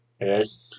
Yes